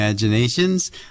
Imaginations